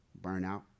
burnout